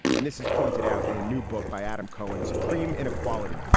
and this is pointed out in a new book by adam cohen, supreme inequality.